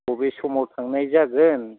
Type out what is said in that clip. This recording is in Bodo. बबे समाव थांनाय जागोन